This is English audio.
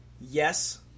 yes